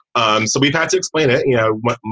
um so we've had to explain it. you know what?